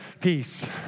peace